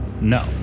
No